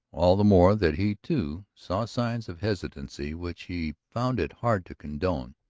all the more that he, too, saw signs of hesitancy which he found it hard to condone.